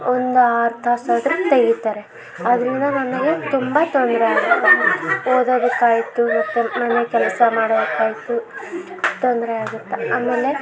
ಒಂದು ಆರು ತಾಸು ಆದರೂ ತೆಗೀತಾರೆ ಅದರಿಂದ ನನಗೆ ತುಂಬ ತೊಂದರೆ ಆಗುತ್ತೆ ಓದೋದಕ್ಕೆ ಆಯಿತು ಮತ್ತು ಮನೆ ಕೆಲಸ ಮಾಡೋಕ್ಕೆ ಆಯಿತು ತೊಂದರೆ ಆಗತ್ತೆ ಆಮೇಲೆ